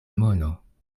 mono